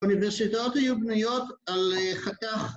‫האוניברסיטאות היו בנויות על חתך...